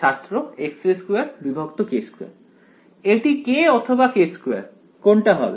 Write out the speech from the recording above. ছাত্র x2k2 এটি k অথবা k2 কোনটা হবে